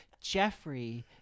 Jeffrey